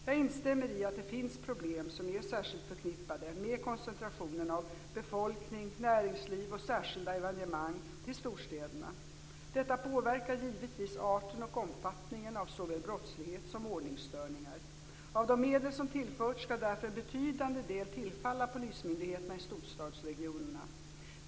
Jag instämmer i att det finns problem som är särskilt förknippade med koncentrationen av befolkning, näringsliv och särskilda evenemang till storstäderna. Detta påverkar givetvis arten och omfattningen av såväl brottslighet som ordningsstörningar. Av de medel som tillförts skall därför en betydande del tillfalla polismyndigheterna i storstadsregionerna.